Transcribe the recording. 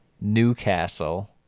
Newcastle